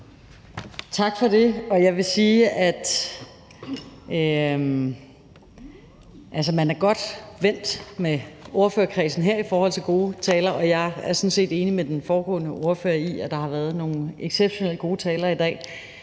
Tak for det. Jeg vil sige, at man er godt vant med ordførerkredsen her i forhold til gode taler, og jeg er sådan set enig med den foregående ordfører i, at der har været nogle exceptionelt gode taler i dag.